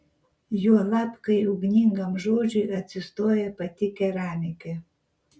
juolab kai ugningam žodžiui atsistoja pati keramikė